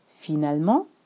Finalement